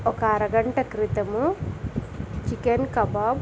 ఒక అరగంట క్రితం చికెన్ కబాబ్